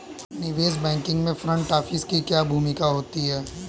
निवेश बैंकिंग में front office की क्या भूमिका होती है?